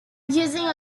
using